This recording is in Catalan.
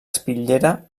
espitllera